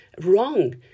wrong